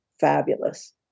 Fabulous